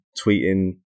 tweeting